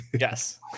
Yes